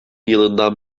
yılından